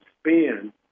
spin